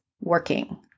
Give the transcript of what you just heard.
working